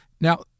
now